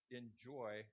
enjoy